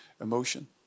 emotion